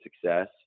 success